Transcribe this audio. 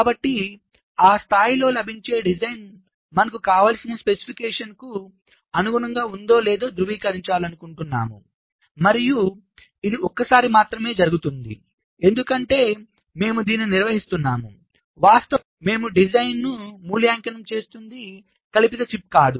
కాబట్టి ఆ స్థాయిలో లభించే డిజైన్ మనకు కావలసిన స్పెసిఫికేషన్కు అనుగుణంగా ఉందో లేదో ధృవీకరించాలనుకుంటున్నాము మరియు ఇది ఒక్కసారి మాత్రమే జరుగుతుంది ఎందుకంటే మేము దీనిని నిర్వహిస్తున్నాము వాస్తవానికి మేము డిజైన్ను మూల్యాంకనం చేస్తున్నది కల్పిత చిప్స్ కాదు